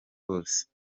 bose